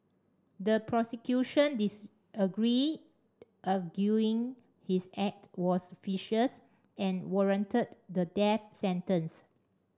the prosecution disagreed arguing his act was vicious and warranted the death sentence